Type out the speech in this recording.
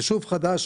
יישוב חדש,